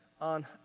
on